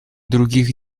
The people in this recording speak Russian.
других